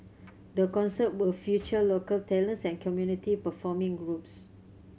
the concerts will future local talents and community performing groups